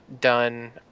done